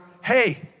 hey